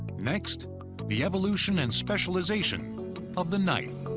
next the evolution and specialization of the knife.